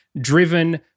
driven